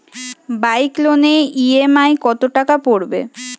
Bike লোনের EMI কত টাকা পড়বে?